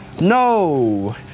No